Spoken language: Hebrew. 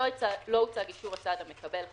לא הוצג אישור הצד המקבל כאמור,